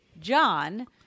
John